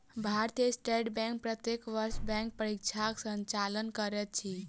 भारतीय state bank प्रत्येक वर्ष बैंक परीक्षाक संचालन करैत अछि